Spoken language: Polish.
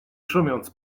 szumiąc